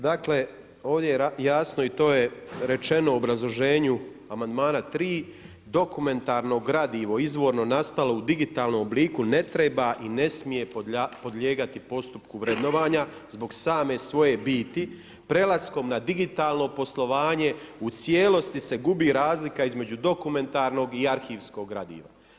Dakle ovdje je jasno i to je rečeno u obrazloženju amandmana 3, dokumentarno gradivo izvorno nastalo u digitalnom obliku ne treba i ne smije podlijegati postupku vrednovanja zbog same svoje biti, prelaskom na digitalno poslovanje u cijelosti se gubi razlika između dokumentarnog i arhivskog gradiva.